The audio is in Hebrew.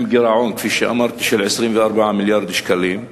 עם גירעון, כפי שאמרתי, של 24 מיליארד שקלים.